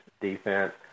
defense